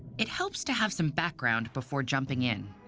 it helps to have some background before jumping in.